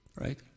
right